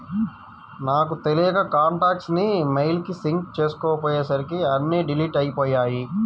నాకు తెలియక కాంటాక్ట్స్ ని మెయిల్ కి సింక్ చేసుకోపొయ్యేసరికి అన్నీ డిలీట్ అయ్యిపొయ్యాయి